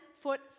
foot